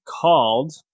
called